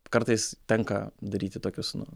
kartais tenka daryti tokius nu